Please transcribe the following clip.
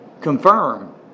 confirm